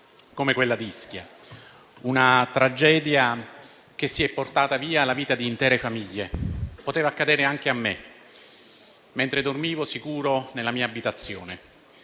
come quella di Ischia, una tragedia che si è portata via la vita di intere famiglie? Poteva accadere anche a me, mentre dormivo sicuro nella mia abitazione.